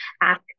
ask